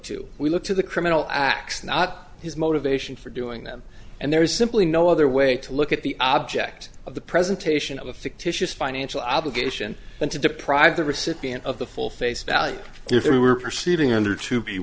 to we look to the criminal acts not his motivation for doing them and there is simply no other way to look at the object of the presentation of a fictitious financial obligation and to deprive the recipient of the full face value if there were perceiving under to be